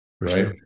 Right